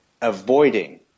avoiding